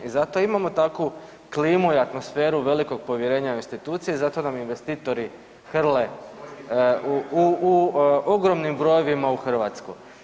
I zato imamo takvu klimu i atmosferu velikog povjerenja u institucije, zato nam investitori hrle u ogromnim brojevima u Hrvatsku.